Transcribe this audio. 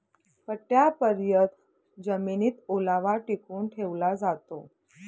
पट्टयापर्यत जमिनीत ओलावा टिकवून ठेवला जातो